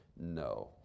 No